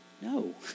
No